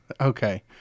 okay